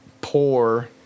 poor